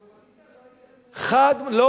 לא,